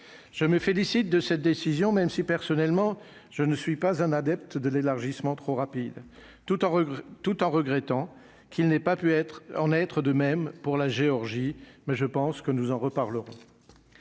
je me félicite de cette décision, même si personnellement je ne suis pas un adepte de l'élargissement trop rapide, tout en, tout en regrettant qu'il n'ait pas pu être en être de même pour la Géorgie mais je pense que nous en reparlerons